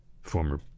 former